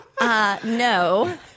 no